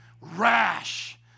rash